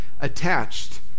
attached